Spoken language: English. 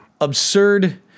absurd